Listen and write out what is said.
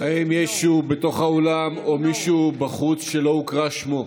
האם יש מישהו בתוך האולם או מישהו בחוץ שלא הוקרא שמו?